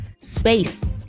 space